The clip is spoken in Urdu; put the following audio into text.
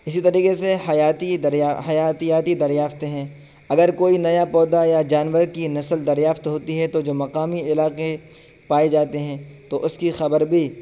اسی طریقے سے حیاتی دریا حیاتیاتی دریافتیں ہیں اگر کوئی نیا پودا یا جانور کی نسل دریافت ہوتی ہے تو جو مقامی علاقے پائے جاتے ہیں تو اس کی خبر بھی